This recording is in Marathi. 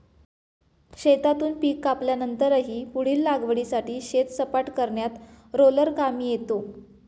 शेतातून पीक कापल्यानंतरही पुढील लागवडीसाठी शेत सपाट करण्यात रोलर कामी येतो